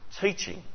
teaching